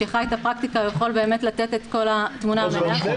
שחי את הפרקטיקה יכול באמת לתת את כל התמונה המלאה.